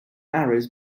arrows